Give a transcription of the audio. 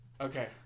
Okay